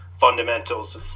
fundamentals